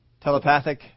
telepathic